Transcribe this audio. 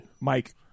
mike